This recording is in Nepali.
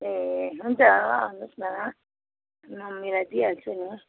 ए हुन्छ आउनुहोस् न म मिलाइदिइहाल्छु नि